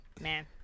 man